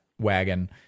wagon